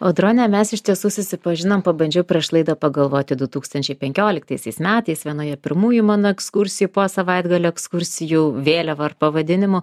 audrone mes iš tiesų susipažinom pabandžiau prieš laidą pagalvoti du tūkstančiai penkioliktaisiais metais vienoje pirmųjų mano ekskursijų po savaitgalio ekskursijų vėliava ar pavadinimu